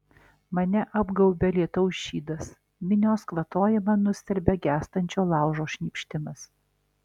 mane apgaubia lietaus šydas minios kvatojimą nustelbia gęstančio laužo šnypštimas